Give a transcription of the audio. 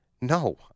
No